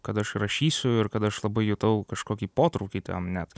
kad aš rašysiu ir kad aš labai jutau kažkokį potraukį tam net